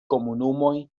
komunumoj